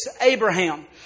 Abraham